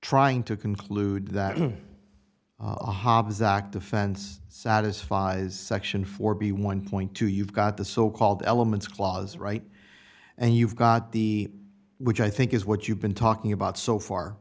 trying to conclude that a hobby zakk defense satisfies section four b one point two you've got the so called elements clause right and you've got the which i think is what you've been talking about so far